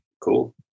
cool